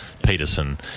Peterson